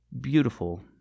beautiful